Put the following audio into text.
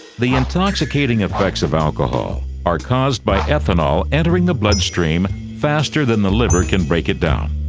the intoxicating effects of alcohol are caused by ethanol entering the blood stream faster than the liver can break it down,